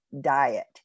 diet